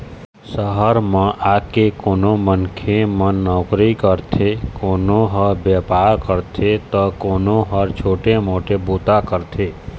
सहर म आके कोनो मनखे मन नउकरी करथे, कोनो ह बेपार करथे त कोनो ह छोटे मोटे बूता करथे